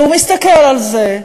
והוא מסתכל על זה,